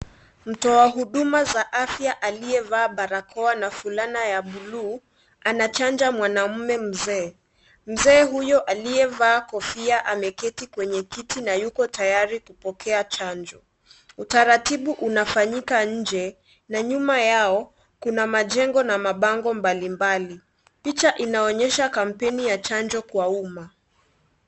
Mtoa huduma za afya aliyevaa barakoa na fulana ya buluu anachanja mwanamume mzee. Mzee huyo aliyevaa kofia ameketi kwenye kiti na yuko tayari kupokea chanjo. Utaratibu unafanyika nje na nyuma yao kuna majengo na mabango mbalimbali. Picha inaonyesha kampeni ya chanjo kwa umma.